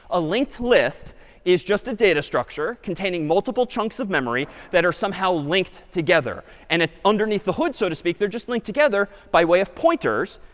a linked list is just a data structure containing multiple chunks of memory that are somehow linked together. and if underneath the hood, so to speak, they're just linked together by way of pointers,